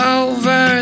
over